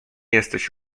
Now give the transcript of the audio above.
jesteś